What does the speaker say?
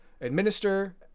Administer